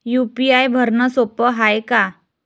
UPI भरनं सोप हाय का?